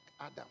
Adam